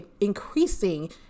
increasing